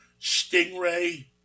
Stingray